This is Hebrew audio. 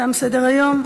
תם סדר-היום.